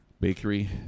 bakery